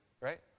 right